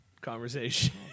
conversation